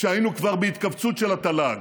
כשהיינו כבר בהתכווצות של התל"ג.